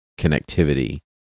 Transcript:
connectivity